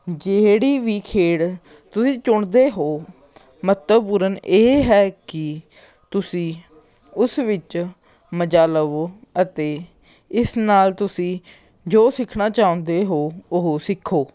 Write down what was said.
ਜਿਹੜੀ ਵੀ ਖੇਡ ਤੁਸੀਂ ਚੁਣਦੇ ਹੋ ਮਹੱਤਵਪੂਰਨ ਇਹ ਹੈ ਕਿ ਤੁਸੀਂ ਉਸ ਵਿੱਚ ਮਜ਼ਾ ਲਵੋ ਅਤੇ ਇਸ ਨਾਲ ਤੁਸੀਂ ਜੋ ਸਿਖਣਾ ਚਾਹੁੰਦੇ ਹੋ ਉਹ ਸਿੱਖੋ